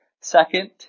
Second